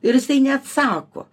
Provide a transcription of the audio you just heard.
ir jisai neatsako